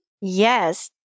Yes